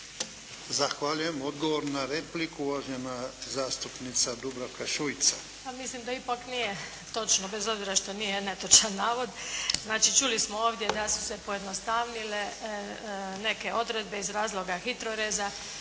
Zahvaljujem. Odgovor na repliku uvažena zastupnica Dubravka Šuica. **Šuica, Dubravka (HDZ)** Pa mislim da ipak nije točno, bez obzira što nije netočan navod. Znači čuli smo ovdje da su se pojednostavnile neke odredbe iz razloga HITROReza,